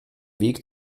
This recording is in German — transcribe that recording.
weg